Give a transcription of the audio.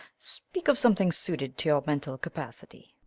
speak of something suited to your mental capacity.